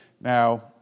Now